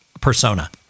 persona